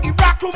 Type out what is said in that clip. Iraq